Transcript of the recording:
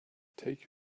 take